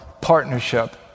partnership